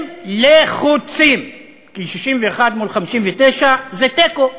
הם לחוצים, כי 61 מול 59 זה תיקו.